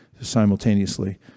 simultaneously